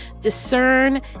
discern